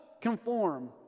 conform